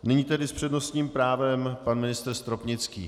Nyní tedy s přednostním právem pan ministr Stropnický.